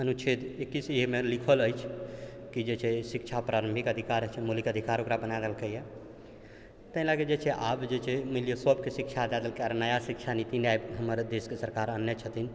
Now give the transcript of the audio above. अनुच्छेद एकैस एमे लिखल अछि कि जे छै शिक्षा प्रारम्भिक अधिकार छै मौलिक अधिकार ओकरा बना देलकैए ताहि लऽ कऽ जे छै आब जे छै मानि लिअ सबके शिक्षा दै देलकै आओर नया शिक्षा नीति ने हमर देशके सरकार आनने छथिन